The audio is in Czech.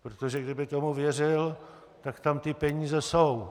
Protože kdyby tomu věřil, tak tam ty peníze jsou.